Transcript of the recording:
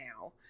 now